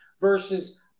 versus